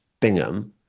Bingham